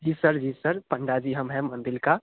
जी sir जी sir पंडा जी हम हैं मंदिर का